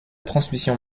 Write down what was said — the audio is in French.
transmission